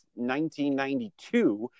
1992